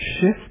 shift